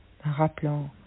rappelant